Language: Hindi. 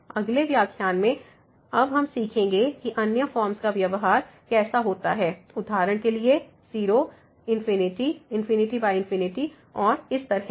अगले व्याख्यान में अब हम सीखेंगे कि अन्य फॉर्म्स का व्यवहार कैसा होता है उदाहरण के लिए 0 ∞ और इसी तरह की